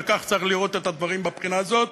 וכך צריך לראות את הדברים מהבחינה הזאת,